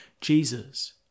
Jesus